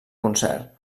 concert